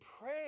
pray